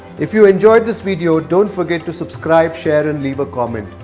if you enjoyed this video, don't forget to subscribe, share and leave a comment.